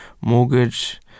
mortgage